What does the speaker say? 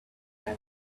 man